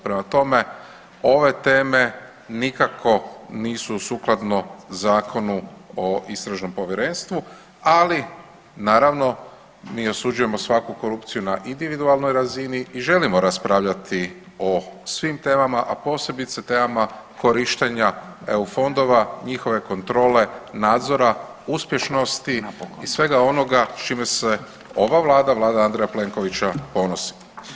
Prema tome, ove teme nikako nisu sukladno Zakonu o istražnom povjerenstvu, ali naravno mi osuđujemo svaku korupciju na individualnoj razini i želimo raspravljati o svim temama, a posebice temama korištenja EU fondova, njihove kontrole, nadzora, uspješnosti i svega onoga s čime se ova vlada vlada Andreja Plenkovića ponosi.